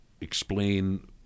explain